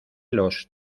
los